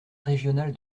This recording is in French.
régional